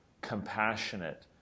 compassionate